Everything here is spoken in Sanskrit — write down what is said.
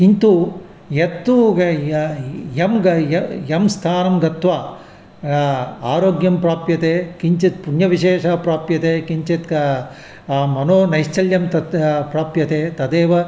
किन्तु यत्तु य य यम्गय् य यम्स्थानं गत्वा आरोग्यं प्राप्यते किञ्चित् पुण्यविशेषः प्राप्यते किञ्चित् मनोनैश्चल्यं तत् प्राप्यते तदेव